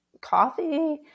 Coffee